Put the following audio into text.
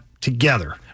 together